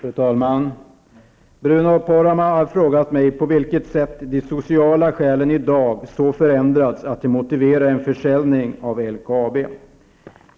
Fru talman! Bruno Poromaa har frågat mig på vilket sätt de sociala skälen i dag så förändrats att det motiverar en försäljning av LKAB.